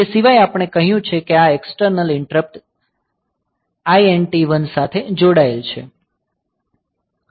તે સિવાય આપણે કહ્યું છે કે આ એક્સટર્નલ ઇન્ટરપ્ટ INT1 સાથે જોડાયેલ છે